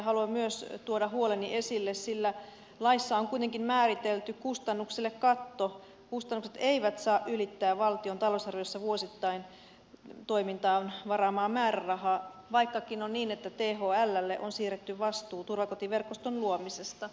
haluan myös tuoda huoleni esille sillä laissa on kuitenkin määritelty kustannuksille katto kustannukset eivät saa ylittää valtion talousarviossa vuosittain toimintaan varaamaa määrärahaa vaikkakin on niin että thllle on siirretty vastuu turvakotiverkoston luomisesta